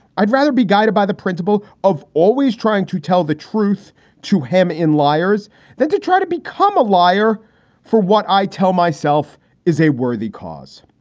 i'd rather be guided by the principle of always trying to tell the truth to him in liars than to try to become a liar for what i tell myself is a worthy cause.